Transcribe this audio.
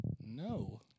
No